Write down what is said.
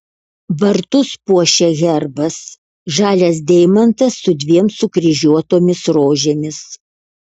vartus puošia herbas žalias deimantas su dviem sukryžiuotomis rožėmis